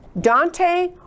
Dante